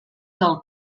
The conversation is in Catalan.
del